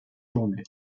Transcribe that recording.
journée